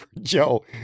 Joe